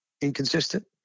inconsistent